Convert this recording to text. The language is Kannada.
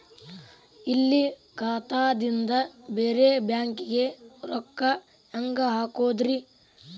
ಇಲ್ಲಿ ಖಾತಾದಿಂದ ಬೇರೆ ಬ್ಯಾಂಕಿಗೆ ರೊಕ್ಕ ಹೆಂಗ್ ಹಾಕೋದ್ರಿ?